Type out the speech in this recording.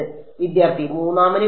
വിദ്യാർത്ഥി മൂന്നാമന് കഴിയും